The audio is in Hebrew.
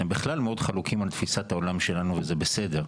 אתם בכלל מאוד חלוקים על תפיסת העולם שלנו וזה בסדר.